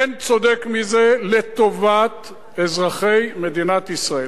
אין צודק מזה לטובת אזרחי מדינת ישראל.